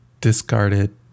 discarded